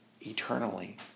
eternally